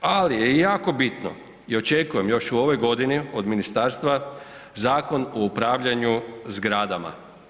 Ali je jako bitno i očekujem još u ovoj godini od ministarstva Zakon o upravljanju zgradama.